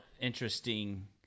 interesting